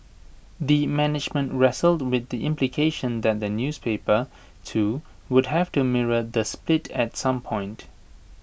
the management wrestled with the implication that the newspaper too would have to mirror the split at some point